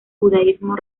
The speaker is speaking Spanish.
judaísmo